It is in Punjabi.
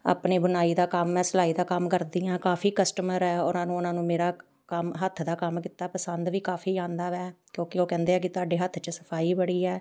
ਅਪਣੀ ਬੁਣਾਈ ਦਾ ਕੰਮ ਹੈ ਸਿਲਾਈ ਦਾ ਕੰਮ ਕਰਦੀ ਹਾਂ ਕਾਫ਼ੀ ਕਸਟਮਰ ਹੈ ਉਹਨਾਂ ਨੂੰ ਉਹਨਾਂ ਨੂੰ ਮੇਰਾ ਕੰਮ ਹੱਥ ਦਾ ਕੰਮ ਕੀਤਾ ਪਸੰਦ ਵੀ ਕਾਫ਼ੀ ਆਉਂਦਾ ਹੈ ਕਿਉਂਕਿ ਉਹ ਕਹਿੰਦੇ ਹੈ ਕਿ ਤੁਹਾਡੇ ਹੱਥ 'ਚ ਸਫ਼ਾਈ ਬੜੀ ਹੈ